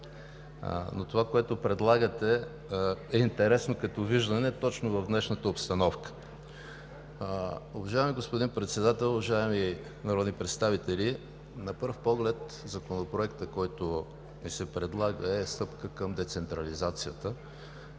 Това, което предлагате, е интересно като виждане точно в днешната обстановка.“ Уважаеми господин Председател, уважаеми народни представители! На пръв поглед Законопроектът, който ни се предлага, е стъпка към децентрализацията